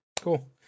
Cool